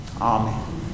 Amen